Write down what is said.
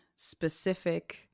Specific